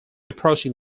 approaching